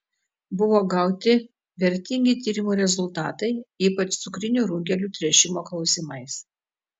buvo gauti vertingi tyrimų rezultatai ypač cukrinių runkelių tręšimo klausimais